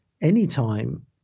anytime